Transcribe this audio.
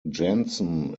janssen